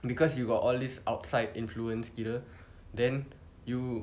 because you got all these outside influence kira then you